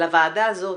לוועדה הזאת,